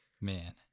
man